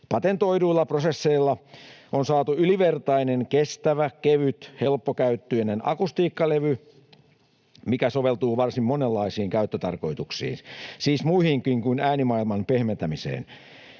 Patentoiduilla prosesseilla on saatu ylivertainen kestävä, kevyt, helppokäyttöinen akustiikkalevy, joka soveltuu varsin monenlaisiin käyttötarkoituksiin, siis muihinkin kuin äänimaailman pehmentämiseen.